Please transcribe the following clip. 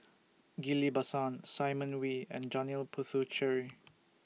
Ghillie BaSan Simon Wee and Janil Puthucheary